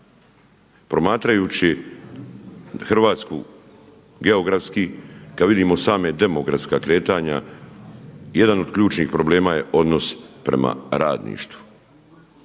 Promatrajući Hrvatsku geografski, kada vidimo sama demografska kretanja, jedan od ključnih problema je odnos prema radništvu.